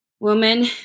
woman